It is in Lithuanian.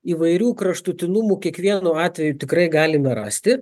įvairių kraštutinumų kiekvienu atveju tikrai galime rasti